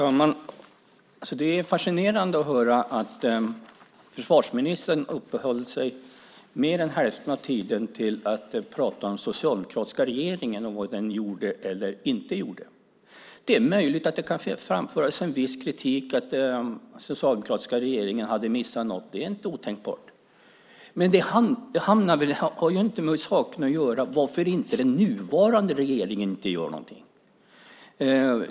Herr talman! Det är fascinerande att höra att försvarsministern uppehöll sig i mer än hälften av sitt inlägg vid den socialdemokratiska regeringen och vad den gjorde eller inte. Det är möjligt att det kan framföras en viss kritik och att den socialdemokratiska regeringen hade missat något. Det är inte otänkbart. Men det har inget att göra med varför den nuvarande regeringen inte gör något.